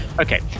Okay